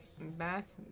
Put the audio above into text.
bath